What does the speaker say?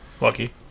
Lucky